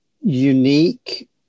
unique